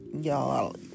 y'all